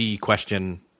question